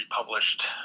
republished